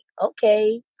Okay